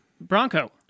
Bronco